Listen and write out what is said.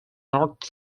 north